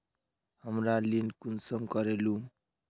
हमरा ऋण कुंसम करे लेमु?